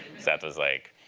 seth was like,